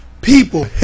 People